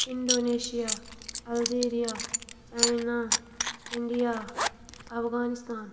Indonesia Al Jazeera China India Afghanistan